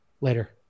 Later